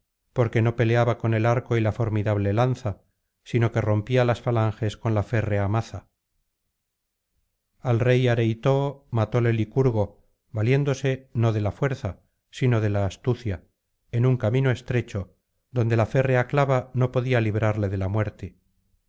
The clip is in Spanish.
porque no peleaba con el arco y la formidable lanza sino que rompía las falanges con la férrea maza al rey areitoo matóle licurgo valiéndose no de la fuerza sino de la astucia en un camino estrecho donde la férrea clava no podía librarle de la muerte